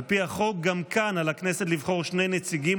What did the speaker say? על פי החוק גם כאן על הכנסת לבחור שני נציגים,